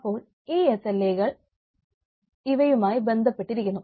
അപ്പോൾ ഈ SLA കൾ ഇവയുമായി ബന്ധപ്പെട്ടിരിക്കുന്നു